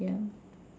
yeah